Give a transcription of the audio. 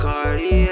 Cardi